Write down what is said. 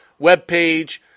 webpage